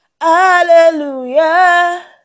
hallelujah